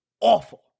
Awful